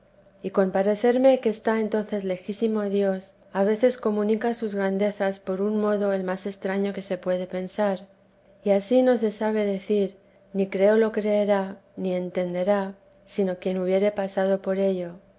y con parecerme que está entonces lejísirho dios a veces comunica sus grandezas por un modo el más extraño que se puede pensar y ansí no se sabe decir ni creo lo creerá ni entenderá sino quien hubiere pasado por ello